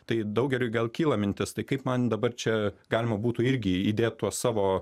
tai daugeliui gal kyla mintis tai kaip man dabar čia galima būtų irgi įdėt tuos savo